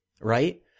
right